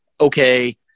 okay